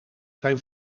zijn